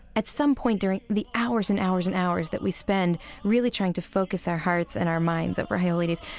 at some point during the hours and hours and hours that we spend really trying to focus our hearts and our minds over high holy days,